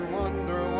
wonder